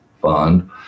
Fund